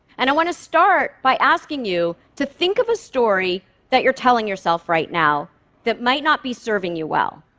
and i want to start by asking you to think of a story that you're telling yourself right now that might not be serving you well.